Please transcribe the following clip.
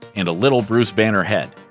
and a little bruce banner head.